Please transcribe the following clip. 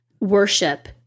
worship